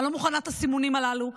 אני לא מוכנה, את הסימונים הללו.